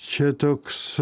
čia toks